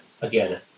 again